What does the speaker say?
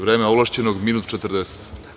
Vreme ovlašćenog je minut i 40.